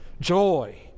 joy